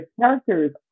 characters